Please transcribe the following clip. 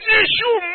issue